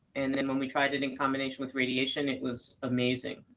and and when we tried it in combination with radiation, it was amazing.